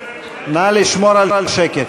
נא לשמור על שקט.